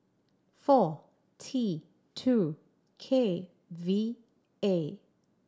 four T two K V A